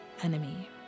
enemy